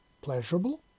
pleasurable